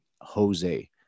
Jose